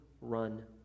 run